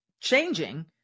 changing